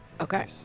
Okay